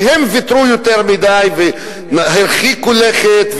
שהם ויתרו יותר מדי והרחיקו לכת,